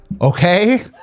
okay